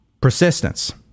Persistence